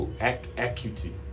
Acuity